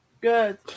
Good